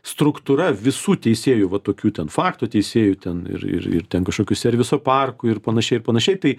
struktūra visų teisėjų va tokių ten faktų teisėjų ten ir ir ir ten kažkokių serviso parkų ir panašiai ir panašiai tai